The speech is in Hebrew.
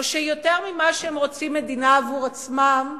או שיותר ממה שהם רוצים מדינה עבור עצמם,